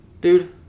Dude